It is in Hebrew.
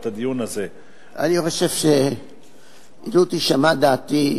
לו תישמע דעתי,